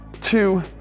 two